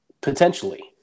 potentially